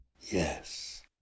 Yes